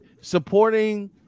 Supporting